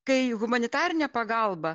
kai humanitarinė pagalba